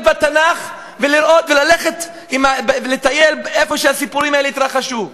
בתנ"ך וללכת לטייל איפה שהסיפורים האלה התרחשו.